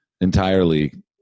entirely